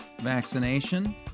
vaccination